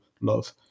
love